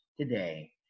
today